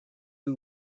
who